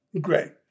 great